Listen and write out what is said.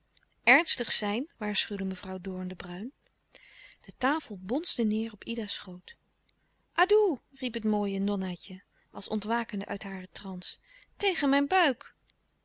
ernstig zijn waarschuwde mevrouw doorn de bruijn de tafel bonsde neêr op ida's schoot adoe riep het mooie nonna tje als ontwakende uit hare transe tegen mijn buik